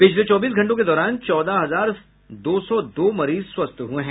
पिछले चौबीस घंटों के दौरान चौदह हजार दो सौ दो मरीज स्वस्थ हुए हैं